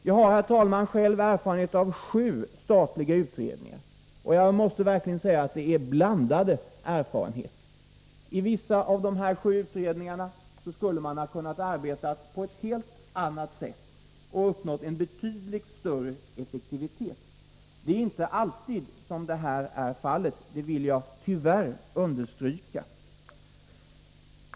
Jag har, herr talman, själv erfarenhet av sju statliga utredningar, och jag måste verkligen säga att det är blandade erfarenheter. I vissa av de här sju utredningarna skulle man ha kunnat arbeta på ett helt annat sätt och uppnått en betydligt större effektivitet. Det är inte alltid fallet, måste jag tyvärr understryka.